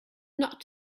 not